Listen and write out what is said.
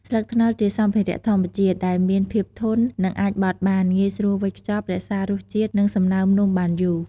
ស្លឹកត្នោតជាសម្ភារៈធម្មជាតិ ដែលមានភាពធន និងអាចបត់បាន ងាយស្រួលវេចខ្ចប់ រក្សារសជាតិ និងសំណើមនំបានយូរ។